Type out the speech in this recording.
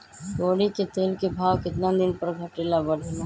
तोरी के तेल के भाव केतना दिन पर घटे ला बढ़े ला?